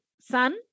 sun